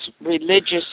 religious